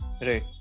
Right